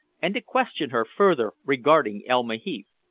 and to question her further regarding elma heath.